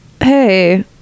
hey